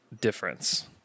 difference